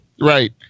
Right